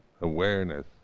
Awareness